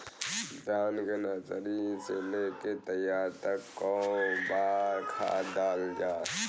धान के नर्सरी से लेके तैयारी तक कौ बार खाद दहल जाला?